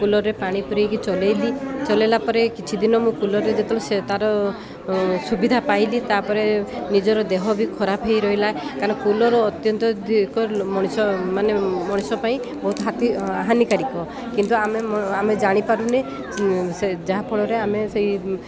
କୁଲରରେ ପାଣି ପୁରେଇକି ଚଲେଇଲି ଚଲେଇଲା ପରେ କିଛି ଦିନ ମୁଁ କୁଲରରେ ଯେତେବେଳେ ସେ ତାର ସୁବିଧା ପାଇଲି ତାପରେ ନିଜର ଦେହ ବି ଖରାପ ହେଇ ରହିଲା କାରଣ କୁଲର ଅତ୍ୟନ୍ତ ଦିକ ମଣିଷ ମାନେ ମଣିଷ ପାଇଁ ବହୁତ ହାତୀ ହାନିକାରିକ କିନ୍ତୁ ଆମେ ଆମେ ଜାଣିପାରୁନେ ସେ ଯାହାଫଳରେ ଆମେ ସେଇ